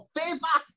favor